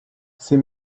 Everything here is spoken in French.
ces